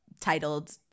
titled